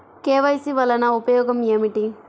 KYC వలన ఉపయోగం ఏమిటీ?